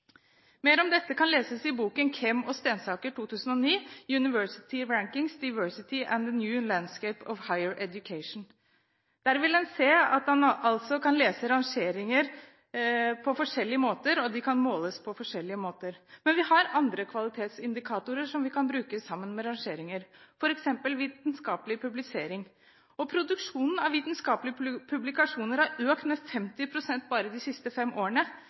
Mer om dette kan leses i boken Kehm og Stensaker, 2009: University Rankings, Diversity, and the New Landscape of Higher Education. Der vil en se at en kan lese rangeringer på forskjellige måter, og det kan måles på forskjellige måter. Men vi har andre kvalitetsindikatorer som vi kan bruke sammen med rangeringer, f.eks. vitenskapelig publisering. Produksjonen av vitenskapelige publikasjoner har økt med 50 pst. bare de siste fem årene.